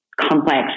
complex